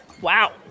Wow